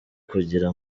kugira